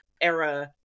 era